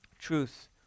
truth